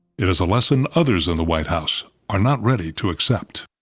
it is a lesson others in the white house are not ready to accept.